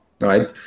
Right